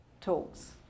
talks